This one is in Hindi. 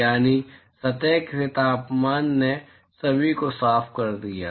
तो यानी सतह के तापमान ने सभी को साफ कर दिया